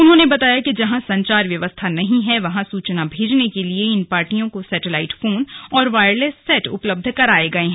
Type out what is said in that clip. उन्होंने बताया कि जहां संचार व्यवस्था नहीं है वहां सुचना भेजने के लिए इन पार्टियों को सैटेलाइट फोन और वायरलेस सेट उपलब्ध कराये गए हैं